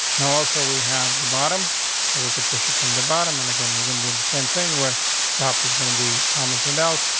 now, also, we have the bottom so we could push it from the vitamin again within doing the same thing where top is gonna be commented out.